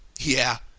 yeah,